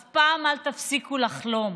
אף פעם אל תפסיקו לחלום.